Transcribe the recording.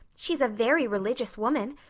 she's a very religious woman.